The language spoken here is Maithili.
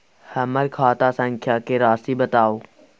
हमर खाता संख्या के राशि बताउ